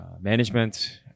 management